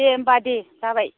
दे होनब्ला दे जाबाय